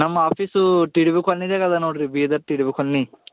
ನಮ್ಮ office T D B ಕಾಲ್ನಿದಾಗ ಅದ ನೋಡ್ರಿ Bidar T D B colony